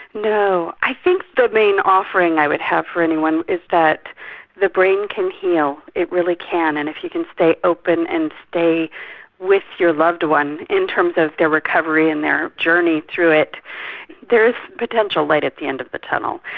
no, i think the main offering i would have for anyone is that the brain can heal, it really can. and if you can stay open and stay with your loved one in terms of their recovery and their journey through it there is potential light at the end of the tunnel.